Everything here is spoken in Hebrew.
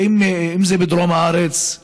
אם זה בדרום הארץ,